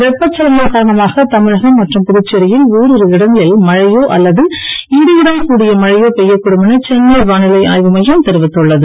வெப்பச்சலனம் காரணமாக தமிழகம் மற்றும் புதுச்சேரியில் ஒரிரு இடங்களில் மழையோ அல்லது இடியுடன் கூடிய மழையோ பெய்யக் கூடும் என சென்னை வானிலை ஆய்வு மையம் தெரிவித்துள்ளது